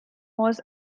was